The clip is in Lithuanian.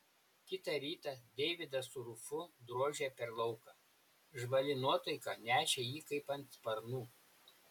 kitą rytą deividas su rufu drožė per lauką žvali nuotaika nešė jį kaip ant sparnų